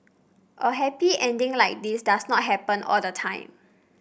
a happy ending like this does not happen all the time